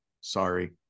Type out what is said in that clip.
sorry